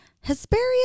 Hesperia